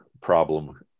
problem